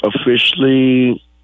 officially